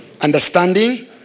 Understanding